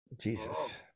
jesus